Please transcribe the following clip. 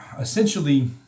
essentially